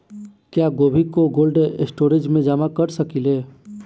क्या गोभी को कोल्ड स्टोरेज में जमा कर सकिले?